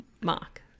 mark